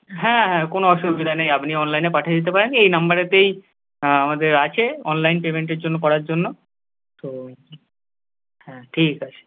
হ্যাঁ হ্যাঁ কোনো অসুবিধা নেই আপনি অনলাইনে পাঠিয়ে দিতে পারেন এই নাম্বারেতেই আমাদের আছে অনলাইন পেমেন্টের জন্য করার জন্য তো হ্যাঁ ঠিক আছে